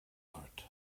art